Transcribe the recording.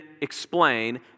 explain